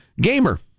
Gamer